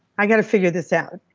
i got to figure this out.